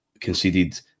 conceded